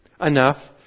enough